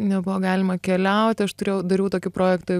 nebuvo galima keliauti aš turėjau dariau tokį projektą